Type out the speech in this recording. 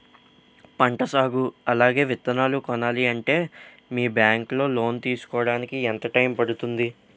పంట సాగు అలాగే విత్తనాలు కొనాలి అంటే మీ బ్యాంక్ లో లోన్ తీసుకోడానికి ఎంత టైం పడుతుంది?